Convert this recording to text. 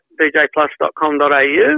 djplus.com.au